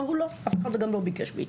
אמרו: לא, אף אחד גם לא ביקש מאתנו.